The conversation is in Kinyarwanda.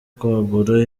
kwagura